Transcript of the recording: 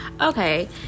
okay